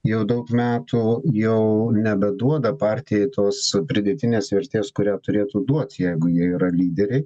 jau daug metų jau nebeduoda partijai tos pridėtinės vertės kurią turėtų duot jeigu jie yra lyderiai